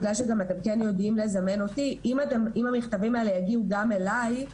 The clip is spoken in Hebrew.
בגלל שאתם כן יודעים לזמן אותי שאם המכתבים האלה יגיעו גם אליי,